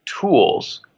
tools